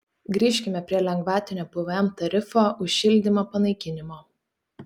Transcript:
grįžkime prie lengvatinio pvm tarifo už šildymą panaikinimo